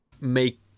make